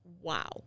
wow